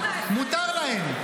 מותר להם.